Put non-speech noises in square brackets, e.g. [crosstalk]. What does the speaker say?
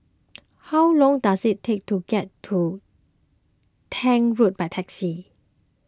[noise] how long does it take to get to Tank Road by taxi